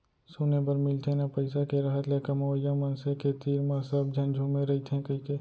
सुने बर मिलथे ना पइसा के रहत ले कमवइया मनसे के तीर म सब झन झुमे रइथें कइके